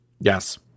Yes